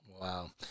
Wow